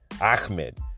Ahmed